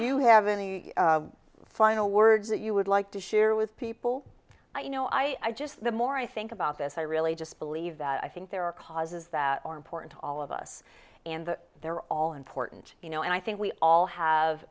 you have any final words that you would like to share with people you know i just the more i think about this i really just believe that i think there are causes that are important to all of us and they're all important you know and i think we all have